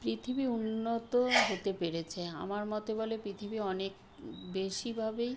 পৃথিবী উন্নত হতে পেরেছে আমার মতে বলে পৃথিবী অনেক বেশিভাবেই